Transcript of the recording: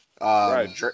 Right